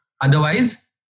Otherwise